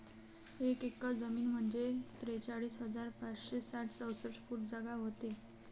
एक एकर जमीन म्हंजे त्रेचाळीस हजार पाचशे साठ चौरस फूट जागा व्हते